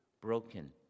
broken